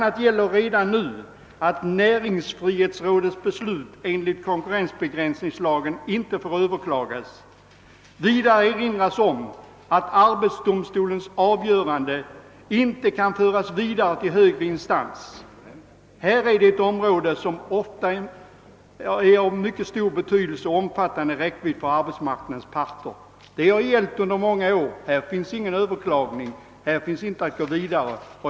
a. gäller redan nu att näringsfrihetsrådets beslut enligt konkurrensbegränsningslagen inte får över klagas. Vidare erinras om att arbetsdomstolens avgörande inte kan föras vidare till högre instans. Här finns ett område som ofta är av mycket stor betydelse och omfattande räckvidd för arbetsmarknadens parter. Denna ordning har gällt under många år. Här finns ingen överklagning och inga möjligheter att gå vidare.